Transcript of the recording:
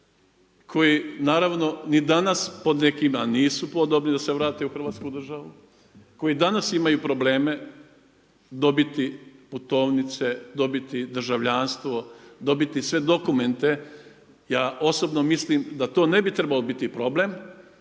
koji naravno ni danas po nekima nisu podobni da se vrate u Hrvatsku. Koji danas imaju probleme dobiti putovnice, dobiti državljanstvo, dobiti sve dokumente. Ja osobno mislima da to ne bi trebao biti problem.